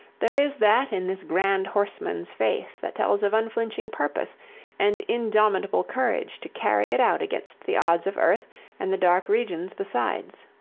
there is that in this grand horseman's face that tells of unflinching purpose and indomitable courage to carry it out against the odds of earth and the dark regions besides.